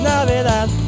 Navidad